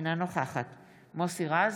אינה נוכחת מוסי רז,